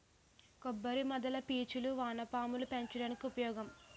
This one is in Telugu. కొబ్బరి మొదల పీచులు వానపాములు పెంచడానికి ఉపయోగం